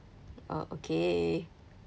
uh okay